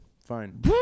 Fine